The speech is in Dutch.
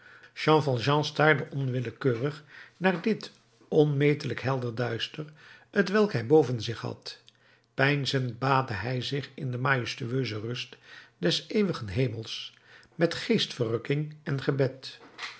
jean valjean staarde onwillekeurig naar dit onmetelijk helder duister t welk hij boven zich had peinzend baadde hij zich in de majestueuse rust des eeuwigen hemels met geestverrukking en gebed